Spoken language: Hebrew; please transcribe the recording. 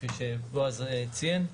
כפי שבועז ציין,